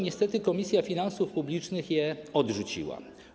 Niestety Komisja Finansów Publicznych je odrzuciła.